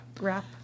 wrap